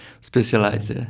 specialized